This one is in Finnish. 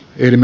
yhden